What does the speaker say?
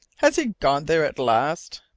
has he gone there at last?